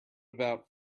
about